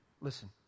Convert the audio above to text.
Listen